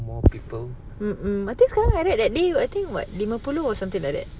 more people